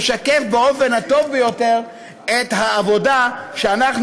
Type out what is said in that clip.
באופן הטוב ביותר את העבודה שאנחנו,